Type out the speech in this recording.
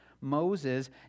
Moses